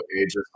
ages